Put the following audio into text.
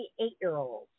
eight-year-old